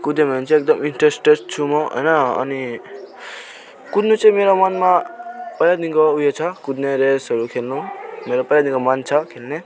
कुद्यो भने चाहिँ एकदम इन्ट्रेस्टेड छु म होइन अनि कुद्नु चाहिँ मेरो मनमा पहिलादेखिको उयो छ कुद्ने रेसहरू खेल्नु मेरो पहिलादेखिको मन छ खेल्ने